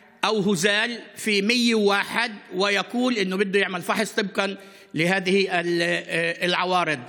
ובימים בהמשך לפי מה שפרסמנו ברשימה המשותפת.